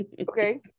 Okay